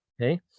okay